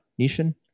Nishan